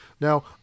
Now